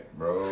bro